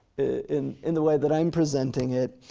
in in the way that i'm presenting it,